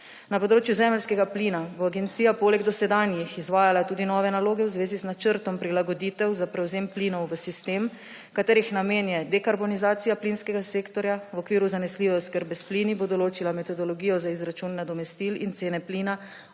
Na področju zemeljskega plina bo agencija poleg dosedanjih izvajala tudi nove naloge v zvezi z načrtom prilagoditev za prevzem plinov v sistem, katerih namen je dekarbonizacija plinskega sektorja. V okviru zanesljive oskrbe s plini bo določila metodologijo za izračun nadomestil in cene plina